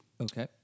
Okay